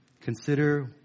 Consider